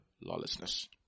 lawlessness